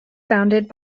founded